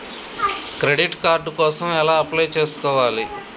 Credit card కోసం ఎలా apply చేసుకోవాలి?